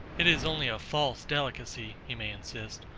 it is only a false delicacy, he may insist,